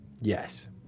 Yes